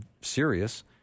serious